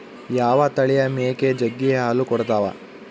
ಯಾವ ತಳಿಯ ಮೇಕೆ ಜಗ್ಗಿ ಹಾಲು ಕೊಡ್ತಾವ?